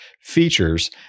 features